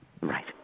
Right